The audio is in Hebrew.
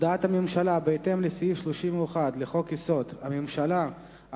הודעת הממשלה בהתאם לסעיף 31 לחוק-יסוד: הממשלה,